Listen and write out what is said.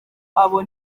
abo